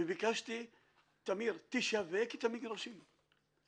וביקשתי, תמיר, תשווק את המגרשים.